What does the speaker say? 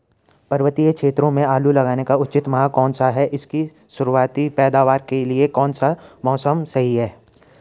पर्वतीय क्षेत्रों में आलू लगाने का उचित माह कौन सा है इसकी शुरुआती पैदावार के लिए कौन सा मौसम सही है?